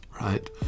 right